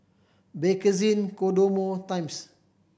Bakerzin Kodomo Times